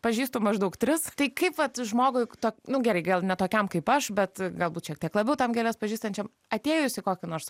pažįstu maždaug tris tai kaip vat žmogui to nu gerai gal ne tokiam kaip aš bet galbūt šiek tiek labiau tam gėles pažįstančiam atėjus į kokį nors